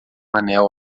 anel